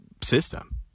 system